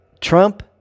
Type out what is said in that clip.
Trump